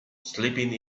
sleeping